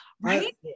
Right